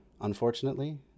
Unfortunately